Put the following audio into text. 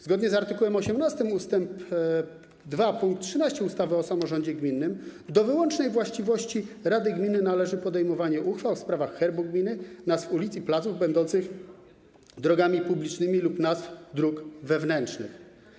Zgodnie z art. 18 ust. 2 pkt 13 ustawy o samorządzie gminnym do wyłącznej właściwości rady gminy należy podejmowanie uchwał w sprawach herbu gminy, nazw ulic i placów będących drogami publicznymi lub nazw dróg wewnętrznych.